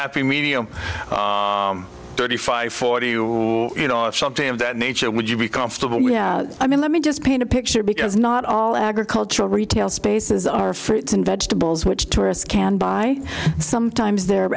happy medium thirty five forty you of that nature would you be comfortable with i mean let me just paint a picture because not all agricultural retail spaces are fruits and vegetables which tourists can buy sometimes the